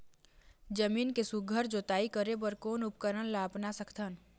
जमीन के सुघ्घर जोताई करे बर कोन उपकरण ला अपना सकथन?